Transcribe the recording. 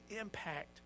impact